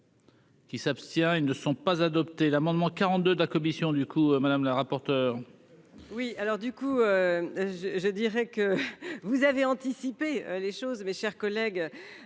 Qui s'abstient, ils ne sont pas adopté l'amendement 42 la commission du coup madame la rapporteure. Oui, alors du coup je, je dirais que vous avez anticiper les choses mais, chers collègues,